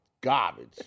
garbage